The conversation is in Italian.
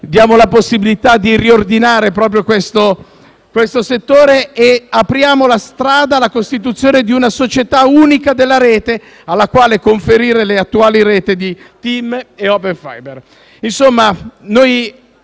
diamo la possibilità di riordinare proprio questo settore e apriamo la strada alla costituzione di una società unica della rete, alla quale conferire le attuali reti di Tim-Open Fiber.